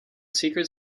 secret